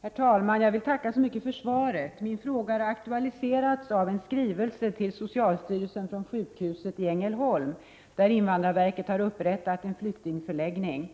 Herr talman! Jag tackar statsrådet för svaret. Min fråga har aktualiserats av en skrivelse till socialstyrelsen från sjukhuset i Ängelholm. Invandrarverket har där upprättat en flyktingförläggning.